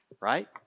right